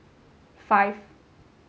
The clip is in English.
five